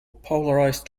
polarized